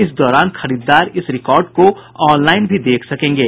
इस दौरान खरीददार इस रिकार्ड को ऑनलाईन भी देख सकेंगे